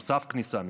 עם סף כניסה מסוים,